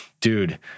dude